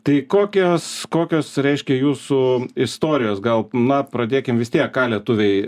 tai kokios kokios reiškia jūsų istorijos gal na pradėkim vis tiek ką lietuviai